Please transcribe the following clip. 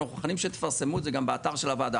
אנחנו מוכנים שתפרסמו את זה גם באתר של הוועדה,